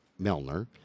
Melner